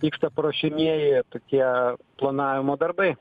vyksta paruošiamieji tokie planavimo darbai